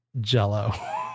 jello